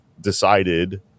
decided